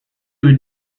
would